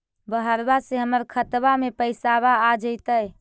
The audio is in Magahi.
बहरबा से हमर खातबा में पैसाबा आ जैतय?